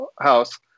house